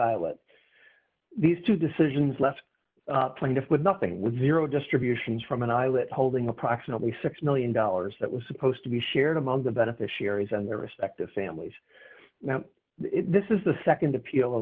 these two decisions left plaintiff with nothing with zero distributions from an island holding approximately six million dollars that was supposed to be shared among the beneficiaries and their respective families this is the nd appeal